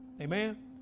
Amen